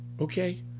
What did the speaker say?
Okay